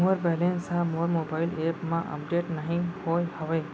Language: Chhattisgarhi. मोर बैलन्स हा मोर मोबाईल एप मा अपडेट नहीं होय हवे